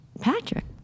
Patrick